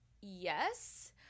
yes